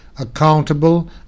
accountable